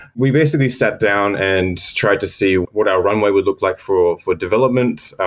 we basically sat down and tried to see what our runway would look like for for development.